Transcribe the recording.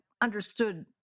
understood